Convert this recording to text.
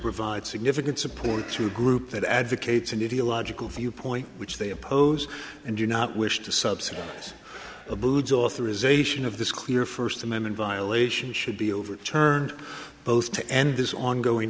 provide significant support to a group that advocates in india logical viewpoint which they oppose and do not wish to subsume abood authorization of this clear first amendment violation should be overturned both to end this ongoing